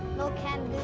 no can